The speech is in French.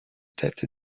tête